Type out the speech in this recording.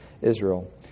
Israel